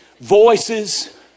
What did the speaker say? voices